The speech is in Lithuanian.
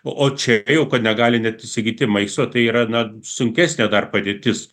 o čia jau kad negali net įsigyti maisto tai yra na sunkesnė dar padėtis